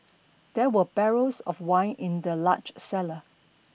there were barrels of wine in the large cellar